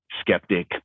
skeptic